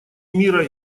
мира